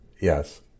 Yes